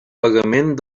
pagament